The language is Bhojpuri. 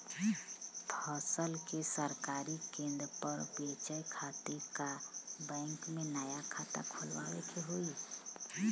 फसल के सरकारी केंद्र पर बेचय खातिर का बैंक में नया खाता खोलवावे के होई?